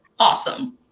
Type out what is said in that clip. Awesome